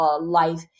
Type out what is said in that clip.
life